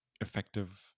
effective